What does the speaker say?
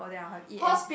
then I will eat and